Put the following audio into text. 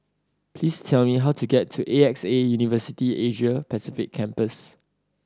please tell me how to get to A X A University Asia Pacific Campus